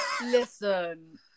Listen